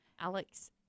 Alex